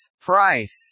Price